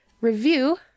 review